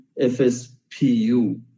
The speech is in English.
FSPU